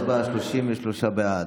33 בעד,